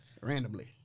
randomly